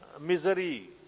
misery